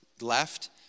left